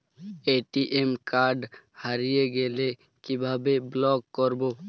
ATM card হারিয়ে গেলে কিভাবে ব্লক করবো?